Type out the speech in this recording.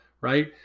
right